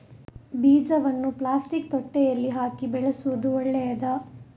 ಬೀಜವನ್ನು ಪ್ಲಾಸ್ಟಿಕ್ ತೊಟ್ಟೆಯಲ್ಲಿ ಹಾಕಿ ಬೆಳೆಸುವುದು ಒಳ್ಳೆಯದಾ?